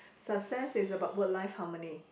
success is about work life harmony